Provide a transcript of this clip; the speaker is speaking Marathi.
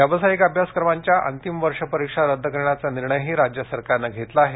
व्यावसायिक अभ्यासक्रमांच्या अंतिम वर्ष परीक्षा रद्द करण्याचा निर्णयही राज्य सरकारनं घेतला आहे